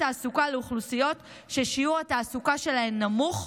תעסוקה לאוכלוסיות ששיעור התעסוקה שלהן נמוך,